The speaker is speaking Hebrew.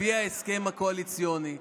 לפי ההסכם הקואליציוני.